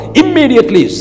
immediately